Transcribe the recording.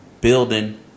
building